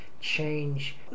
change